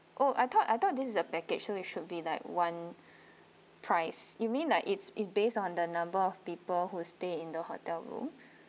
oh I thought I thought this is a package so it should be like one price you mean like it's is based on the number of people who stay in the hotel room